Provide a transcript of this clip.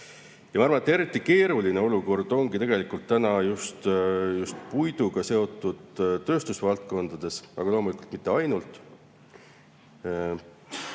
Ma arvan, et eriti keeruline olukord ongi tegelikult just puiduga seotud tööstusvaldkondades, aga loomulikult mitte ainult.